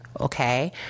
Okay